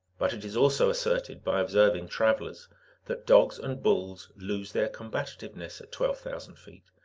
but it is also asserted by observing travelers that dogs and bulls lose their combativeness at twelve thousand feet,